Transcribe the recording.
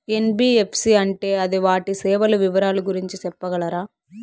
NBFC అంటే అది వాటి సేవలు వివరాలు గురించి సెప్పగలరా?